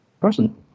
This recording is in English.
person